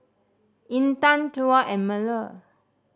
Intan Tuah and Melur